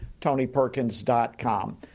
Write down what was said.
TonyPerkins.com